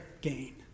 gain